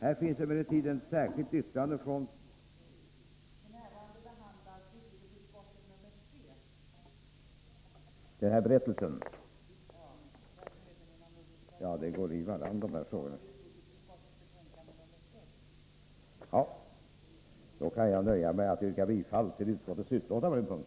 Här finns emellertid ett särskilt yttrande från Pär Granstedt ———